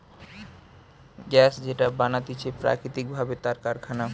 gas যেটা বানাতিছে প্রাকৃতিক ভাবে তার কারখানা